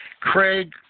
Craig